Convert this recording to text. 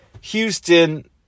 Houston